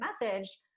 message